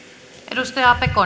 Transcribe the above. arvoisa